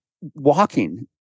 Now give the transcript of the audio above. walking